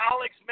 Alex